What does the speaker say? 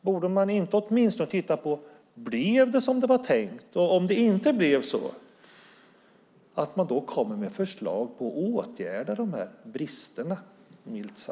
Borde man åtminstone inte titta på om det blev som det var tänkt och, om det inte blev så, komma med förslag till att åtgärda de här, milt sagt, bristerna?